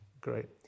great